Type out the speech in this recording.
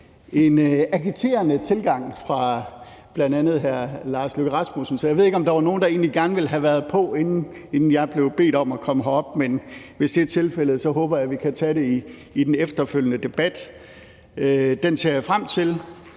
en agiterende tilgang fra bl.a. hr. Lars Løkke Rasmussen. Så jeg ved ikke, om der var nogen, der egentlig gerne ville have været på, inden jeg blev bedt om at komme herop, men hvis det er tilfældet, håber jeg, at vi kan tage det i den efterfølgende debat. Den ser jeg frem til,